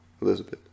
Elizabeth